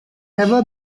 ever